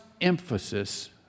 emphasis